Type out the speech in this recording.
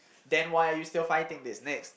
then why are you still fighting this next